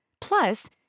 Plus